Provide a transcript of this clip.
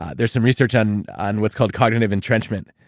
ah there's some research on on what's called cognitive entrenchment,